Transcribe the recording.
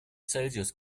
celsius